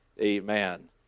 amen